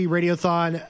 Radiothon